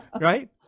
Right